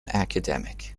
academic